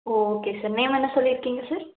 ஓ okay sir name என்ன சொல்லியிருக்கீங்க sir